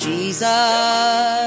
Jesus